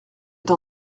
êtes